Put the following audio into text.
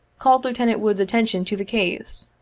called lieutenant wood's attention to the case.